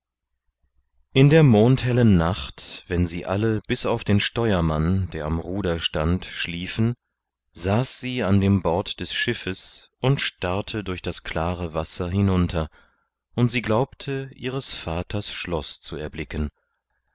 in der mondhellen nacht wenn sie alle bis auf den steuermann der am ruder stand schliefen saß sie an dem bord des schiffes und starrte durch das klare wasser hinunter und sie glaubte ihres vaters schloß zu erblicken